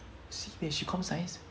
sibeh she comp science